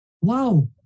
Wow